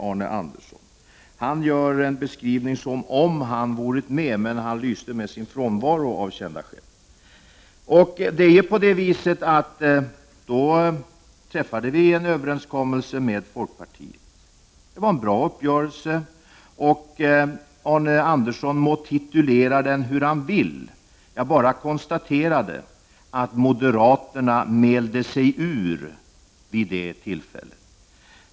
Arne Andersson beskriver det som om han varit med, men han lyste med sin frånvaro av kända skäl. Då träffade vi en överenskommelse med folkpartiet. Det var en bra uppgörelse. Arne Andersson må titulera den hur han vill, men jag konstaterade bara att moderaterna vid det tillfället mälde sig ur.